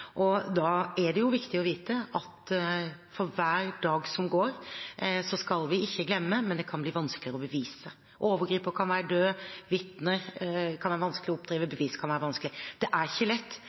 og da er det viktig å vite at for hver dag som går, skal vi ikke glemme, men det kan bli vanskeligere å bevise. Overgriper kan være død, vitner kan være vanskelige å oppdrive, bevis kan være vanskelig. Det er ikke lett,